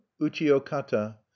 Uchiokata